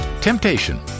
Temptation